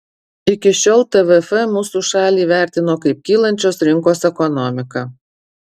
iki šiol tvf mūsų šalį vertino kaip kylančios rinkos ekonomiką